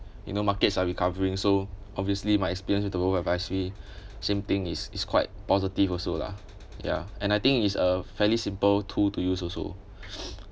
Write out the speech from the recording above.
you know markets are recovering so obviously my experience with the robo-advisory same thing is is quite positive also lah ya and I think it's a fairly simple tool to use also